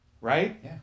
right